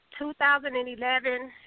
2011